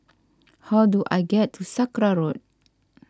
how do I get to Sakra Road